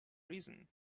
reason